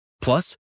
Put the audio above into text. Plus